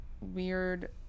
Weird